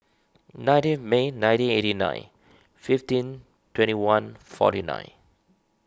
nineteenth May nineteen eighty nine fifteen twenty one forty nine